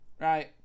Right